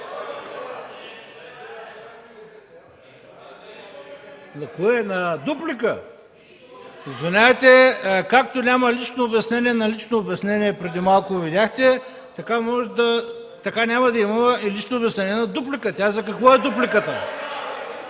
На кое, на дуплика!? Извинявайте, но както няма лично обяснение на лично обяснение, преди малко видяхте, така няма да има и лично обяснение на дуплика. За какво е дупликата?